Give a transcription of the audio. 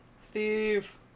Steve